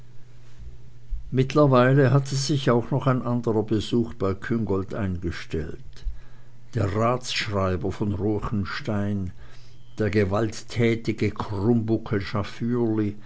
mittlerweile hatte sich auch noch anderer besuch bei küngolt eingestellt der ratsschreiber von ruechenstein der gewalttätige